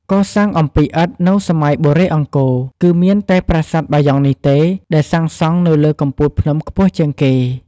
កសាងអំពីឥដ្ឋនៅសម័យបុរេអង្គរ គឺមានតែប្រាសាទបាយ៉ង់នេះទេ ដែលសាងសង់នៅលើកំពូលភ្នំខ្ពស់ជាងគេ។